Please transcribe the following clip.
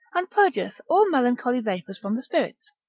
and purgeth all melancholy vapours from the spirits,